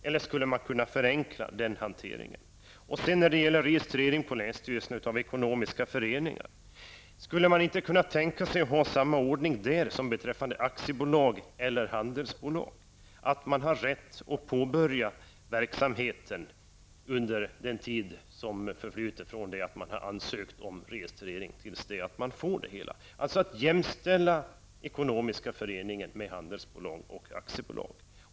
Eller skulle man kunna förenkla den hanteringen? När det gäller registrering på länsstyrelserna av ekonomiska föreningar vill jag fråga om man inte skulle kunna tänka sig att ha samma ordning som beträffande aktiebolag eller handelsbolag. Man skulle alltså ha rätt att påbörja verksamheten under den tid som förflyter från ansökan om registering till dess allt är klart. Det skulle alltså bli så att man jämställer den ekonomiska föreningen med handelsbolag och aktiebolag.